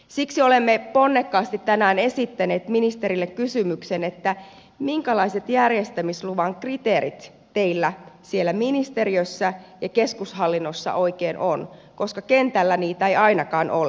siksi olemme ponnekkaasti tänään esittäneet ministerille kysymyksen minkälaiset järjestämisluvan kriteerit teillä siellä ministeriössä ja keskushallinnossa oikein on koska kentällä niitä ei ainakaan ole